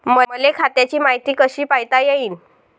मले खात्याची मायती कशी पायता येईन?